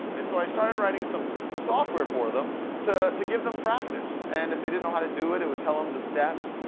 and so, i started writing some software for them to to give them practice. and if they didn't know how to do it it would tell em the steps.